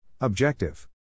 Objective